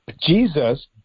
Jesus